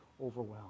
overwhelmed